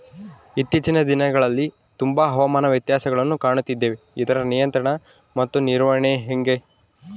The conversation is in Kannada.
ಇತ್ತೇಚಿನ ದಿನಗಳಲ್ಲಿ ತುಂಬಾ ಹವಾಮಾನ ವ್ಯತ್ಯಾಸಗಳನ್ನು ಕಾಣುತ್ತಿದ್ದೇವೆ ಇದರ ನಿಯಂತ್ರಣ ಮತ್ತು ನಿರ್ವಹಣೆ ಹೆಂಗೆ?